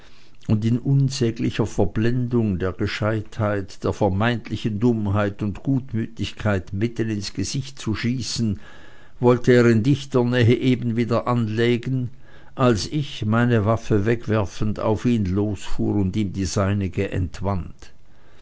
und in unsäglicher verblendung der gescheitheit der vermeintlichen dummheit und gutmütigkeit mitten ins gesicht zu schießen wollte er in dichter nähe eben wieder anlegen als ich meine waffe wegwerfend auf ihn losfuhr und ihm die seinige